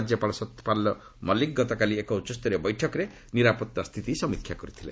ରାଜ୍ୟପାଳ ସତ୍ୟପାଲ୍ ମଲ୍ଲିକ ଗତକାଲି ଏକ ଉଚ୍ଚସ୍ତରୀୟ ବୈଠକରେ ନିରାପତ୍ତା ସ୍ଥିତି ସମୀକ୍ଷା କରିଥିଲେ